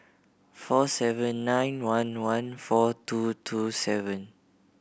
four seven nine one one four two two seven